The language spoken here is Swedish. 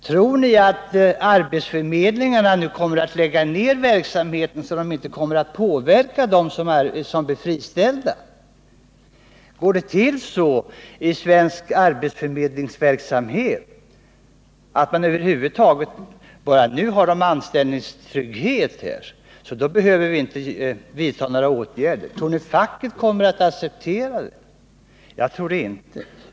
Tror ni att arbetsförmedlingarna kommer att lägga ned sin verksamhet eller att de inte kommer att påverka dem som blir friställda? Går det till så i svensk arbetsförmedlingsverksamhet? Resonerar man som så att nu har de anställningstrygghet — då behöver vi inte vidta några åtgärder? Tror ni facket kommer att acceptera det? Jag tror det inte.